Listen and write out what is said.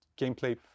gameplay